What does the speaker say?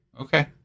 okay